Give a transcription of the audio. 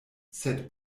sed